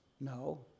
No